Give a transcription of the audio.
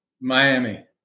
Miami